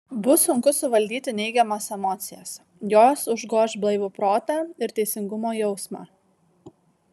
bus sunku suvaldyti neigiamas emocijas jos užgoš blaivų protą ir teisingumo jausmą